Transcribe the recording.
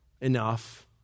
Enough